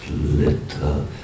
little